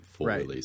Right